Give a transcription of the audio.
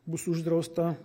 bus uždrausta